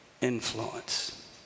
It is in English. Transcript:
influence